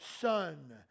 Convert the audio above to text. son